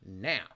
now